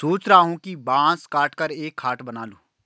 सोच रहा हूं बांस काटकर एक खाट बना लूं